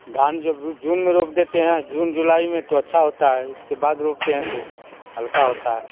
धान जब जू जून में रोप देते हैं जून जुलाई में तो अच्छा होता है उसके बाद रोपते हैं तो हल्का होता है